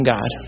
God